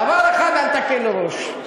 בדבר אחד אל תקל ראש: